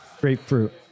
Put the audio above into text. grapefruit